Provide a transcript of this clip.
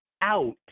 out